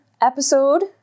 episode